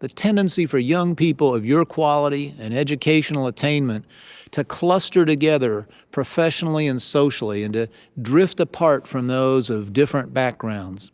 the tendency for young people of your quality and educational attainment to cluster together professionally and socially and to drift apart from those of different backgrounds.